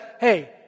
hey